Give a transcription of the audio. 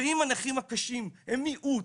ואם הנכים הקשים הם מיעוט,